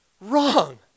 Wrong